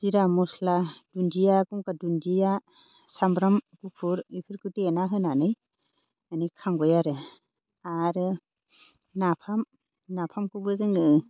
जिरा मस्ला दुन्दिया गंगार दुन्दिया सामब्राम गुफुर बेफोरखौ देना होनानै माने खांबाय आरो आरो नाफाम नाफामखौबो जोङो